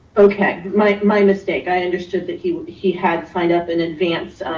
okay, my my mistake, i understood that he he had signed up in advance.